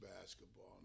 basketball